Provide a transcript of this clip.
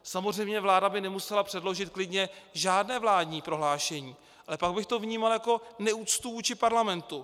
Samozřejmě vláda by nemusela předložit klidně žádné vládní prohlášení, ale pak bych to vnímal jako neúctu vůči parlamentu.